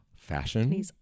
Fashion